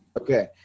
Okay